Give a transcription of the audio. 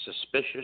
suspicious